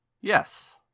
Yes